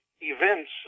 events